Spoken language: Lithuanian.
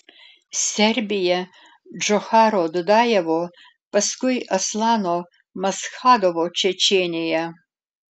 serbija džocharo dudajevo paskui aslano maschadovo čečėnija